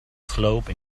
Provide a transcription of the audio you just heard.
slope